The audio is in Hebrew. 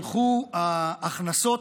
הלכו ההכנסות.